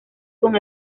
con